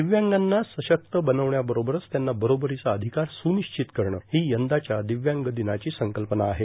दिव्यांगांना सशक्त बनवण्याबरोबरच त्यांना बरोबरोंचा र्आधकार र्स्रानश्चित करणं ही यंदाच्या ादव्यांग ादनाची संकल्पना आहे